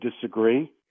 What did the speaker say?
disagree